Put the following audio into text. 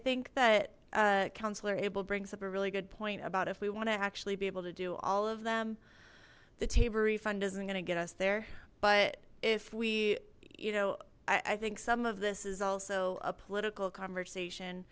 think that councillor abel brings up a really good point about if we want to actually be able to do all of them the tabor refund isn't gonna get us there but if we you know i think some of this is also a political conversation